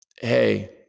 hey